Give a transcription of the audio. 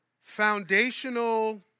foundational